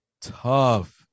tough